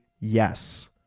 yes